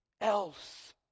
else